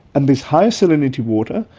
and this high-salinity water,